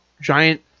giant